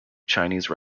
chinese